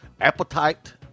Appetite